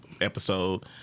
episode